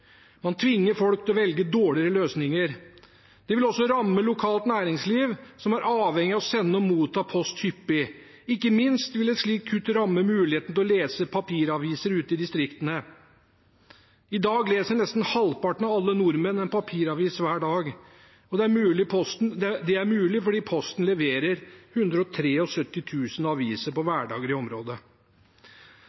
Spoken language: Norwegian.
Man tvinger folk til å velge dårligere løsninger. Det vil også ramme lokalt næringsliv, som er avhengig av å sende og motta post hyppig. Ikke minst vil et slikt kutt ramme muligheten til å lese papiraviser ute i distriktene. I dag leser nesten halvparten av alle nordmenn en papiravis hver dag, og det er mulig fordi Posten leverer 173 000 aviser på hverdager i området. Selv om nær sagt alle aviser